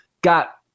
got